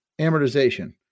amortization